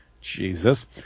Jesus